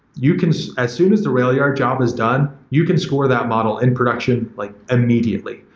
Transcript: you can as soon as the railyard job is done, you can score that model in production like immediately.